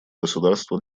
государства